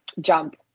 jump